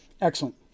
Excellent